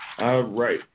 Right